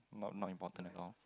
not not important at all